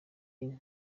bin